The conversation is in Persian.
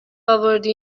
آوردی